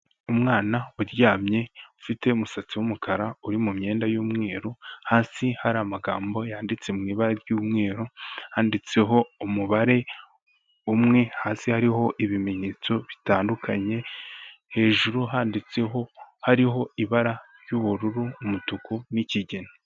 Umwana uryamye ufite umusatsi w'umukara uri mu myenda y'umweru. Hasi hari amagambo yanditse mu ibara ry'umweru, handitseho umubare umwe. Hasi hariho ibimenyetso bitandukanye. Hejuru handitseho, hariho ibara ry'ubururu, umutuku, n'ikigina.